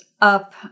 up